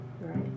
right